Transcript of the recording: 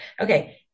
Okay